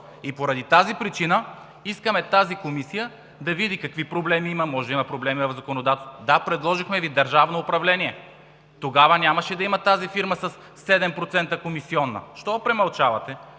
По тази причина искаме тази комисия да види какви проблеми има. Може да има проблеми в законодателството. Да, предложихме Ви държавно управление. Тогава нямаше да я има тази фирма със 7% комисиона. Защо го премълчавате?